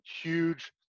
huge